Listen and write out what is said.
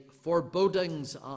forebodings